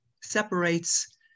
separates